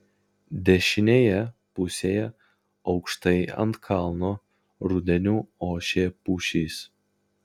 dešinėje pusėje aukštai ant kalno rudeniu ošė pušys